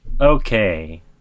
okay